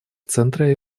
центре